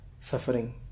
suffering